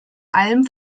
allem